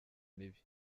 mibi